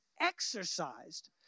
exercised